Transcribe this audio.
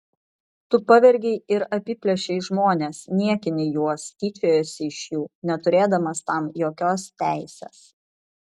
tu pavergei ir apiplėšei žmones niekini juos tyčiojiesi iš jų neturėdamas tam jokios teisės